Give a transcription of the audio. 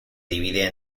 divide